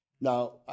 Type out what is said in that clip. Now